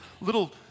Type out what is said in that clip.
little